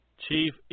Chief